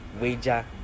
Wager